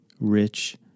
rich